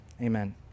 Amen